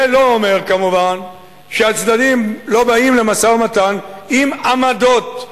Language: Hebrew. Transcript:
זה כמובן לא אומר שהצדדים לא באים למשא-ומתן עם עמדות,